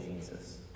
Jesus